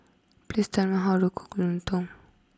please tell me how to cook Lontong